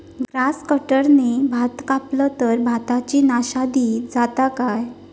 Grass कटराने भात कपला तर भाताची नाशादी जाता काय?